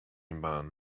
man